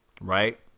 right